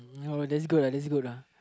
that's good that's good lah